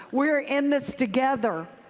we're in this together.